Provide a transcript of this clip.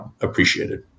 appreciated